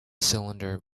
cylinder